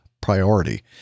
priority